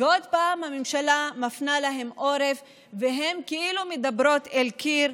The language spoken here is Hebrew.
ועוד פעם הממשלה מפנה להן עורף והן כאילו מדברות אל קיר,